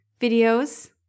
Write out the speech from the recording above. videos